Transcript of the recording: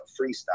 freestyle